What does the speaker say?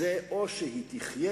שהיא תחיה